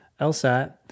LSAT